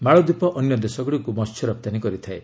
ମାଳଦ୍ୱୀପ ଅନ୍ୟ ଦେଶଗ୍ରଡ଼ିକ୍ ମସ୍ୟ ରପ୍ତାନୀ କରିଥାଏ